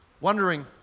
wondering